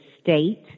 state